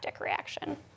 reaction